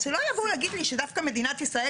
אז שלא יבואו להגיד לי שדווקא מדינת ישראל